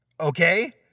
okay